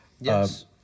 Yes